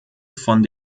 von